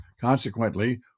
Consequently